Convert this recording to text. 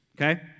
okay